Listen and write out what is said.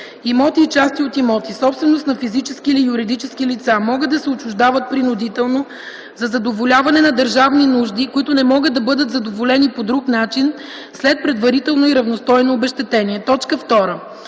Имоти и части от имоти - собственост на физически или юридически лица, могат да се отчуждават принудително за задоволяване на държавни нужди, които не могат да бъдат задоволени по друг начин, след предварително и равностойно обезщетение.” 2.